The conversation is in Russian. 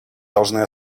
должны